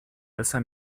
elsa